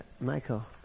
Michael